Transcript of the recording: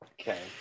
Okay